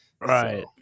right